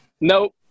nope